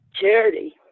charity